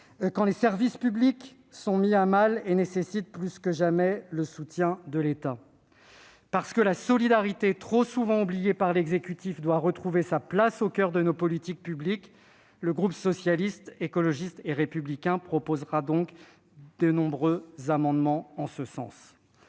que les services publics, mis à mal, requièrent plus que jamais le soutien de l'État ? Parce que la solidarité, trop souvent oubliée par l'exécutif, doit retrouver sa place au coeur de nos politiques publiques, le groupe Socialiste, Écologiste et Républicain proposera de nombreux amendements visant